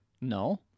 No